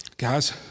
Guys